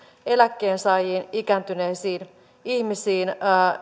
eläkkeensaajiin ikääntyneisiin ihmisiin